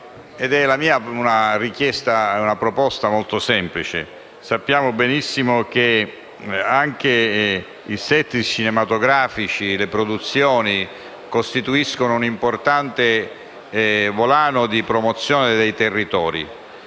La mia è una proposta molto semplice. Sappiamo benissimo che anche i *set* cinematografici e le produzioni costituiscono un importante volano di promozione dei territori.